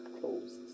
closed